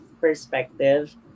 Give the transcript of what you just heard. perspective